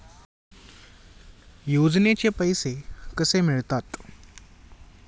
योजनेचे पैसे कसे मिळतात?